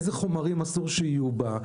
איזה חומרים אסור שיהיו בה,